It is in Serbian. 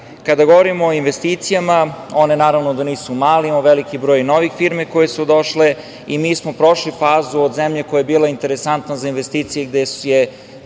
govorimo o investicijama, one naravno da nisu male, imamo veliki broj novih firmi koje su došle i mi smo prošli fazu od zemlje koja je bila interesantna za investicije koje su bile